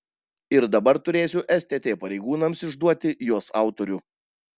ir dabar turėsiu stt pareigūnams išduoti jos autorių